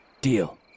Deal